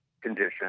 condition